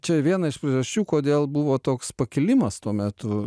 čia viena iš priežasčių kodėl buvo toks pakilimas tuo metu